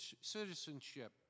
citizenship